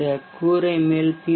இந்த கூரை மேல் பி